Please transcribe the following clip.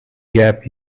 gap